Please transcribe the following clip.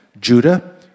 Judah